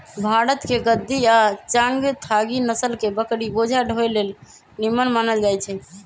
भारतके गद्दी आ चांगथागी नसल के बकरि बोझा ढोय लेल निम्मन मानल जाईछइ